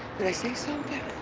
did i say something?